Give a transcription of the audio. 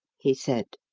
he said.